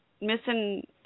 missing